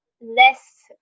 less